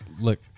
look